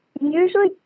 Usually